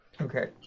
Okay